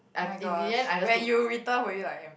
oh-my-gosh when you return were you like